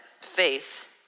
faith